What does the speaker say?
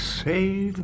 save